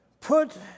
put